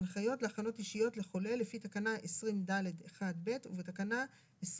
וההנחיות להכנות אישיות לחולה לפי תקנה 20ד(1)(ב) ובתקנה 20ד(5).